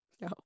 No